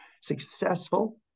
successful